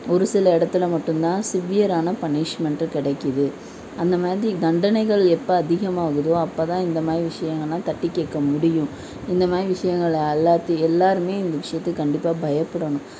ஒரு சில இடத்துல மட்டும் தான் சிவியரான பனிஷ்மெண்ட்டு கிடைக்கிது அந்த மாதிரி தண்டனைகள் எப்போ அதிகமாகுதோ அப்போதான் இந்தமாதிரி விஷயங்கள்லாம் தட்டிக் கேட்க முடியும் இந்தமாதிரி விஷயங்கள்ல எல்லாத்தியும் எல்லாருமே இந்த விஷயத்துக்கு கண்டிப்பாக பயப்புடணும்